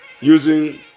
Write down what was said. using